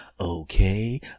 Okay